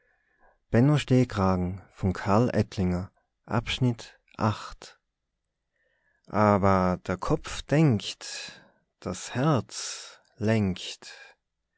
aber der kopf denkt das herz lenkt